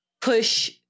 push